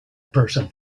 person